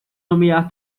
nomear